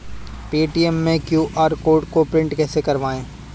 Paytm के QR code को print कैसे करवाएँ?